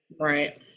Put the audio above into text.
right